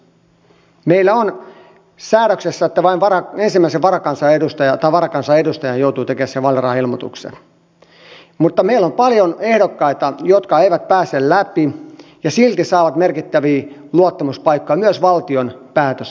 meillä on säädöksessä että vain ensimmäisenä varakansanedustajana joutuu tekemään sen vaalirahailmoituksen mutta meillä on paljon ehdokkaita jotka eivät pääse läpi ja silti saavat merkittäviä luottamuspaikkoja myös valtion päätöselimissä